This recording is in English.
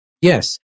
Yes